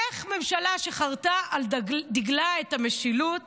איך ממשלה שחרתה על דגלה את המשילות